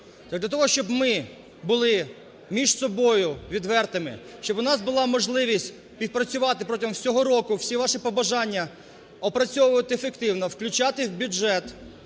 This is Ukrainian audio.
для того, щоб ми були між собою відвертими, щоб у нас була можливість співпрацювати протягом усього року, всі ваші побажання опрацьовувати ефективно, включати в бюджет